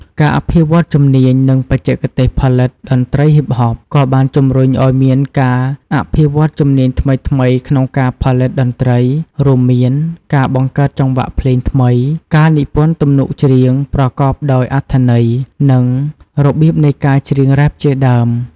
ការអភិវឌ្ឍន៍ជំនាញ និងបច្ចេកទេសផលិត តន្រ្តី ហ៊ីបហប ក៏បានជំរុញឱ្យមានការអភិវឌ្ឍន៍ជំនាញថ្មីៗក្នុងការផលិតតន្ត្រី រួមមាន ការបង្កើតចង្វាក់ភ្លេងថ្មី ការនិពន្ធទំនុកច្រៀងប្រកបដោយអត្ថន័យ និង របៀបនៃការច្រៀងរ៉េបជាដើម។